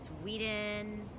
Sweden